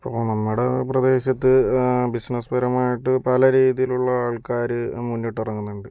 ഇപ്പോൾ നമ്മുടെ പ്രദേശത്ത് ബിസിനസ് പരമായിട്ട് പല രീതിയിലുള്ള ആൾക്കാര് മുന്നിട്ടിറങ്ങുന്നുണ്ട്